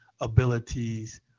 abilities